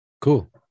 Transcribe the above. Cool